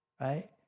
right